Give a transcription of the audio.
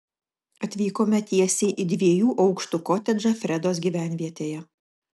atvykome tiesiai į dviejų aukštų kotedžą fredos gyvenvietėje